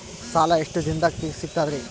ಸಾಲಾ ಎಷ್ಟ ದಿಂನದಾಗ ಸಿಗ್ತದ್ರಿ?